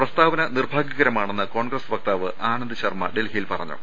പ്രസ്താവന നിർഭാഗൃകരമാണെന്ന് കോൺഗ്രസ് വക്താവ് ആനന്ദ്ശർമ്മ പറഞ്ഞു